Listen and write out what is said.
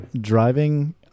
driving